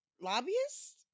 lobbyists